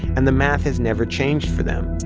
and the math has never changed for them.